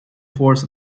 force